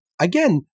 again